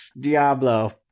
Diablo